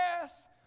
Yes